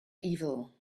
evil